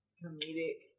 comedic